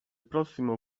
prossimo